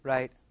Right